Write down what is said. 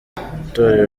itorero